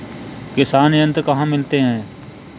किसान यंत्र कहाँ मिलते हैं?